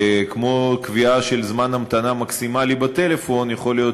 שכמו קביעה של זמן המתנה מקסימלי בטלפון יכול להית